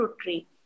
tree